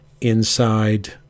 inside